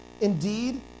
Indeed